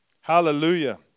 Hallelujah